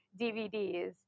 DVDs